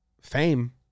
fame